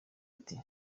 ati